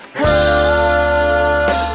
heard